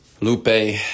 Lupe